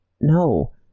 no